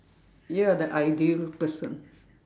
you are the ideal person